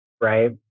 right